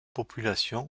populations